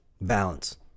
Balance